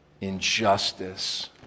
injustice